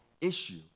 issue